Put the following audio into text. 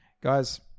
guys